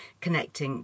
connecting